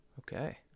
okay